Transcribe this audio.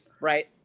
right